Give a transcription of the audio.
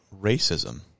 racism